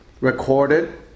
recorded